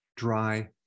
dry